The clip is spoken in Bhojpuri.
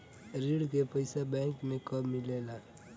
ऋण के पइसा बैंक मे कब मिले ला?